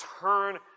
turn